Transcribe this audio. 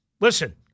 Listen